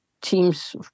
teams